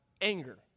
anger